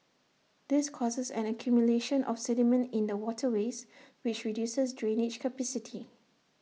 this causes an accumulation of sediment in the waterways which reduces drainage capacity